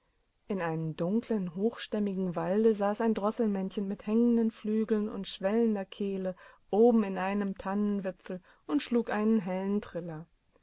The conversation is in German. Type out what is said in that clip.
in einem dunklen hochstämmigen walde saß ein drosselmännchen mit hängenden flügeln und schwellender kehle oben in einem tannenwipfel und schlug einen hellen triller